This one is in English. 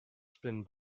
spin